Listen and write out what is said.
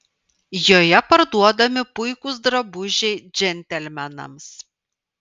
joje parduodami puikūs drabužiai džentelmenams